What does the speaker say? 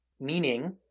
meaning